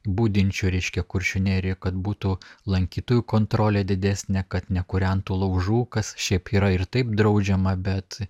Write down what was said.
budinčių reiškia kuršių nerijoj kad būtų lankytojų kontrolė didesnė kad nekūrentų laužų kas šiaip yra ir taip draudžiama bet